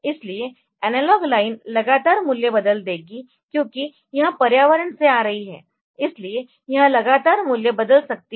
इसलिए analog line लगातार मूल्य बदल देगी क्योंकि यह पर्यावरण से आ रही है इसलिए यह लगातार मूल्य बदल सकती है